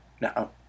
no